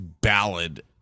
ballad